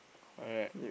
alright